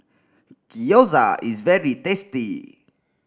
gyoza is very tasty